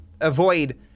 avoid